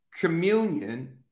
communion